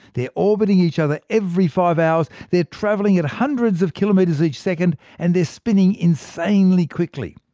they're orbiting each other every five hours, they're travelling at hundreds of kilometres each second, and they're spinning insanely quickly.